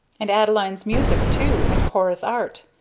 and adeline's music too. and cora's art.